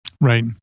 Right